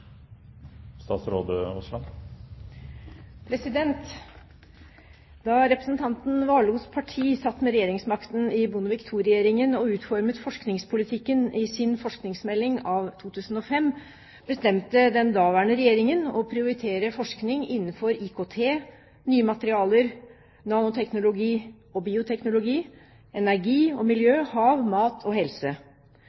Da representanten Warloes parti satt med regjeringsmakten i Bondevik II-regjeringen og utformet forskningspolitikken i sin forskningsmelding av 2005, bestemte den daværende regjeringen å prioritere forskning innenfor IKT, nye materialer, nanoteknologi og bioteknologi, energi og miljø,